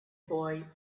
boy